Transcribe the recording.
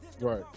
Right